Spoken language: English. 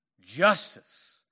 justice